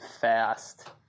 fast